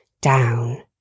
down